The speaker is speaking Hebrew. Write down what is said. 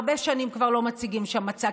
הרבה שנים לא מציגים שם מצע,